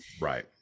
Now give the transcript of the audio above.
right